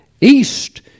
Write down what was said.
East